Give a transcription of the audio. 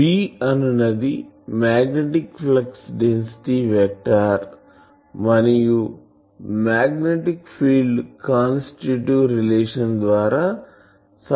B అనునది magnetic flux density vector మరియుమాగ్నెటిక్ field constitutive relations ద్వారా సంబంధం కలిగి ఉంటుంది